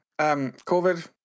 COVID